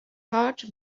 heart